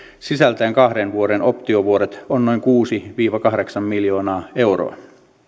sisältäen kahden vuoden optiovuodet on noin kuusi viiva kahdeksan miljoonaa euroa